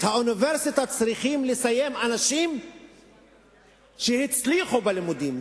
את האוניברסיטה צריכים לסיים אנשים שהצליחו בלימודים,